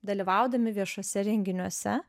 dalyvaudami viešuose renginiuose